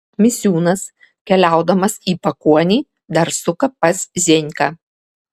misiūnas keliaudamas į pakuonį dar suka pas zienką